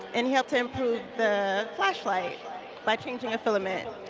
and he helped to improve the flashlight by changing a filament.